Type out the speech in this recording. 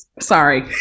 Sorry